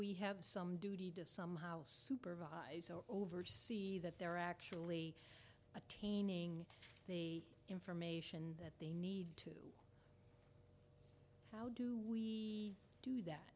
we have some duty to somehow supervise over see that they're actually attaining the information that they need to how do we do that